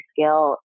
skill